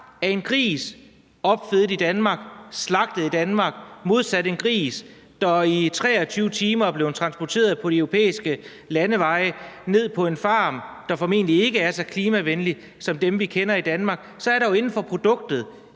på en gris opfedet i Danmark og slagtet i Danmark og en gris, der i 23 timer er blevet transporteret på de europæiske landeveje og ned på en farm, der formentlig ikke er så klimavenlig som dem, vi kender i Danmark; at der altså er en stor forskel